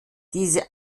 diese